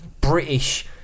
British